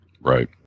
Right